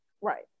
Right